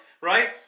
right